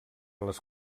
les